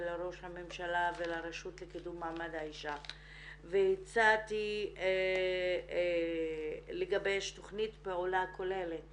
לראש הממשלה ולרשות לקידום מעמד האישה והצעתי לגבש תכנית פעולה כוללת